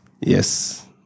yes